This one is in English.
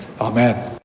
Amen